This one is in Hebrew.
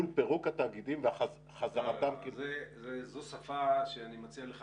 מול פירוק התאגידים וחזרתם --- זו שפה שאני מציע לך